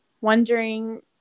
wondering